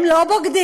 הם לא בוגדים,